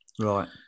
Right